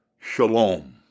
shalom